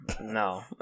No